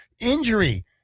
injury